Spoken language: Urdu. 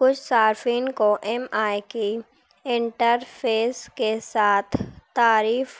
کچھ صارفین کو ایم آئی کی انٹرفیس کے ساتھ تعریف